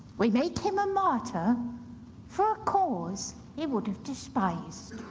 we make him a martyr for a cause he would've despised.